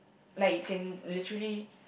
like you can literally